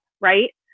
right